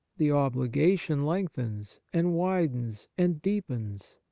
the obligation lengthens, and widens, and deepens.